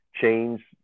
change